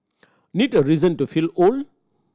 need a reason to feel old